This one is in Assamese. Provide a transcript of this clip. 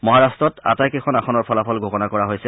মহাৰট্টত আটাইকেখন আসনৰ ফলাফল ঘোষণা কৰা হৈছে